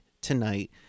tonight